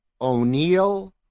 O'Neill